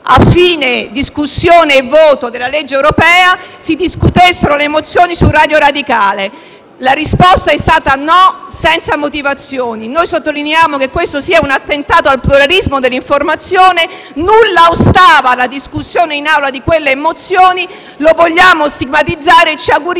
la discussione e il voto sulla legge europea, si discutessero le mozioni su Radio Radicale. La risposta è stata un no, senza motivazioni. Sottolineiamo che questo è un attentato al pluralismo dell'informazione. Nulla ostava alla discussione in Aula di quelle mozioni. Lo vogliamo stigmatizzare e ci auguriamo